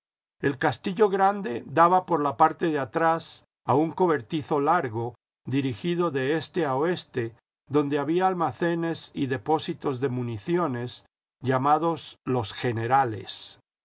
el castillo grande daba por la parte de atrás a un cobertizo largo dirigido de este a oeste donde había almacenes y depósitos de municiones llamados los generales